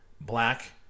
black